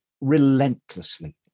relentlessly